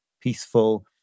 peaceful